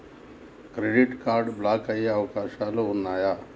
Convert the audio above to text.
Credit card block అయ్యే అవకాశాలు ఉన్నయా?